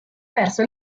verso